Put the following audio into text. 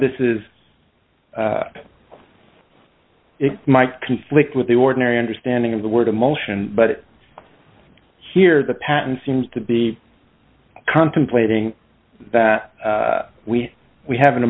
this is my conflict with the ordinary understanding of the word emotion but here the pattern seems to be contemplating that we we have an